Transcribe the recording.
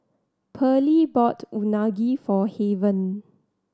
Pearly bought Unagi for Haven